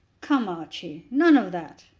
come, archie, none of that,